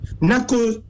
NACO